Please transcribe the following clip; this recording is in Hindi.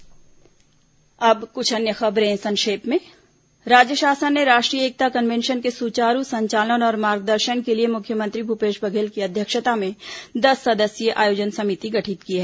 संक्षिप्त समाचार अब कुछ अन्य खबरें संक्षिप्त में राज्य शासन ने राष्ट्रीय एकता कन्वेंशन के सुचारू संचालन और मार्गदर्शन के लिए मुख्यमंत्री भूपेश बघेल की अध्यक्षता में दस सदस्यीय आयोजन समिति गठित की है